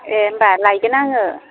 ए होनबा लायगोन आङो